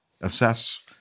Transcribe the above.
assess